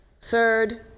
Third